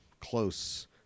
close